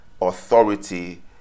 authority